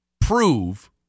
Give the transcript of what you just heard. prove